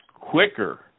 quicker